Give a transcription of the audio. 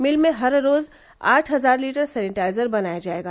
मिल में हर रोज आठ हजार लीटर सैनिटाइजर बनाया जाएगा